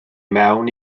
mewn